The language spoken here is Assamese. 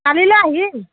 কালিলৈ আহিম